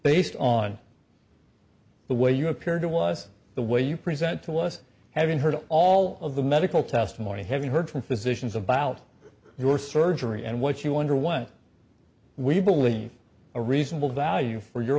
based on the way you appeared it was the way you present to us having heard all of the medical testimony having heard from physicians about your surgery and what you wonder what we believe a reasonable value for your